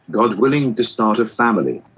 god willing, to start a family.